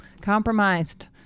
compromised